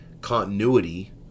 continuity